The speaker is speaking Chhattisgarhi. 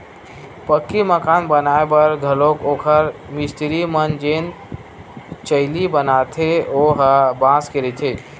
पक्की मकान बनाए बर घलोक ओखर मिस्तिरी मन जेन चइली बनाथे ओ ह बांस के रहिथे